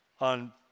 on